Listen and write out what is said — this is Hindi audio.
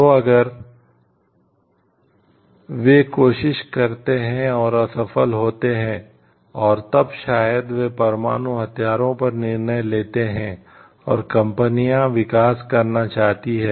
तो अगर वे कोशिश करते हैं और असफल होते हैं और तब शायद वे परमाणु हथियारों पर निर्णय लेते हैं और कंपनियां विकास करना चाहती हैं